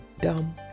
dumb